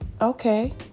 okay